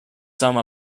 some